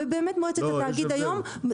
ובאמת מועצת התאגיד היום --- לא,